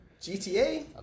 GTA